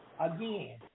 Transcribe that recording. again